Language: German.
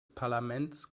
parlaments